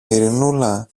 ειρηνούλα